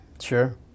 Sure